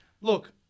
Look